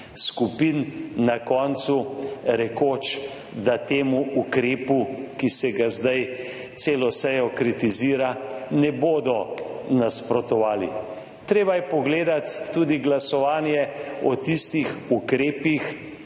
skupin, na koncu rekoč, da temu ukrepu, ki se ga zdaj celo sejo kritizira ne bodo nasprotovali. Treba je pogledati tudi glasovanje o tistih ukrepih,